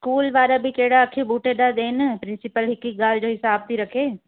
school वारा बि कहिड़ा अखियूं ॿूटे था ॾियनि प्रिंसिपल हिकु हिकु ॻाल्हि जो हिसाबु थी रखे